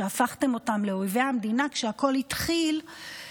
שהפכתם אותם לאויבי המדינה כשהכול התחיל,